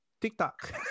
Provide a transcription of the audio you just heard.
TikTok